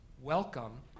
welcome